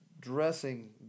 dressing